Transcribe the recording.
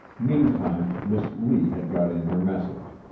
meantime miss lee had got in her message.